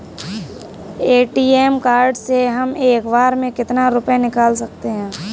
ATM card से हम एक बार में कितना रुपया निकाल सकते हैं?